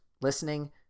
listening